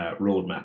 roadmap